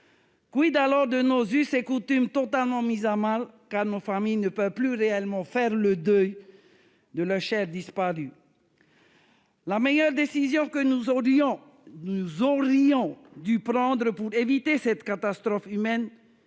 jour. alors de nos us et coutumes totalement mis à mal, car nos familles ne peuvent plus réellement faire le deuil de leurs chers disparus ? La meilleure décision que nous aurions dû prendre pour éviter cette catastrophe humaine